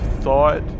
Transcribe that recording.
thought